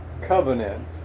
covenant